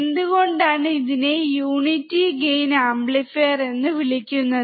എന്തുകൊണ്ടാണ് ഇതിനെ unity gain amplifier എന്നും വിളിക്കുന്നത്